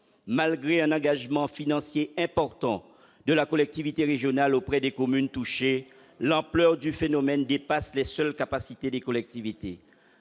Malgré l'important engagement financier de la collectivité régionale auprès des communes touchées, l'ampleur du phénomène dépasse les seules capacités des collectivités.